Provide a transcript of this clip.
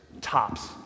Tops